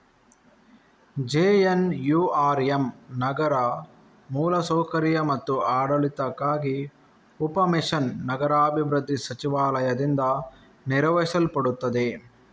JNURM ನಗರ ಮೂಲ ಸೌಕರ್ಯ ಮತ್ತು ಆಡಳಿತಕ್ಕಾಗಿ ಉಪ ಮಿಷನ್ ನಗರಾಭಿವೃದ್ಧಿ ಸಚಿವಾಲಯದಿಂದ ನಿರ್ವಹಿಸಲ್ಪಡುತ್ತದೆ